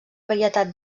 varietat